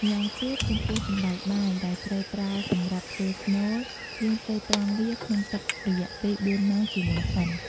ម្យ៉ាងទៀត ចំពោះសណ្ដែកបាយដែលត្រូវប្រើសម្រាប់ធ្វើស្នូល យើងត្រូវត្រាំវាក្នុងទឹករយៈពេល៤ម៉ោងជាមុនសិន។